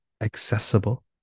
accessible